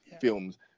films